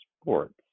sports